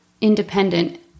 independent